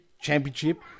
championship